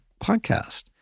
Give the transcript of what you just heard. podcast